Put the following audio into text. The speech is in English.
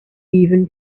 even